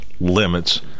limits